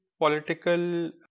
political